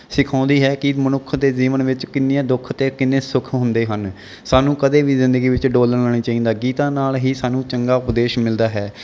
ਸਿਖਾਉਂਦੀ ਹੈ ਕਿ ਮਨੁੱਖ ਦੇ ਜੀਵਨ ਵਿੱਚ ਕਿੰਨੀਆਂ ਦੁੱਖ ਅਤੇ ਕਿੰਨੇ ਸੁੱਖ ਹੁੰਦੇ ਹਨ ਸਾਨੂੰ ਕਦੇ ਵੀ ਜ਼ਿੰਦਗੀ ਵਿੱਚ ਡੋਲਣਾ ਨਹੀ ਚਾਹੀਦਾ ਗੀਤਾਂ ਨਾਲ ਹੀ ਸਾਨੂੰ ਚੰਗਾ ਉਪਦੇਸ਼ ਮਿਲਦਾ ਹੈ